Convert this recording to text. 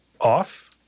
off